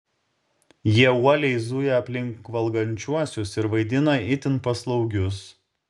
jie uoliai zuja aplink valgančiuosius ir vaidina itin paslaugius